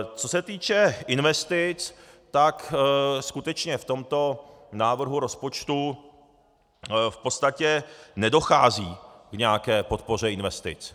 Co se týče investic, tak skutečně v tomto návrhu rozpočtu v podstatě nedochází k nějaké podpoře investic.